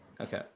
Okay